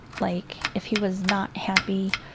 like if he was not happy,